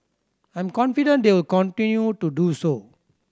I'm confident they will continue to do so